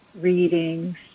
readings